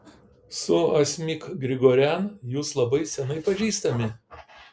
su asmik grigorian jūs labai seniai pažįstami